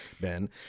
Ben